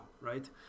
right